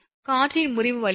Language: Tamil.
காற்றின் முறிவு வலிமை 21